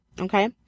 Okay